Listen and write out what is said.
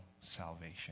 salvation